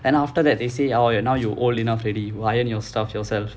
and after that they say oh you're now you're old enough already iron your stuff yourself